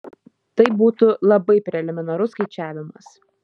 tai būtų labai preliminarus skaičiavimas